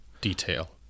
detail